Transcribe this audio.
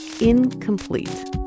incomplete